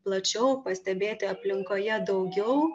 plačiau pastebėti aplinkoje daugiau